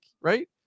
right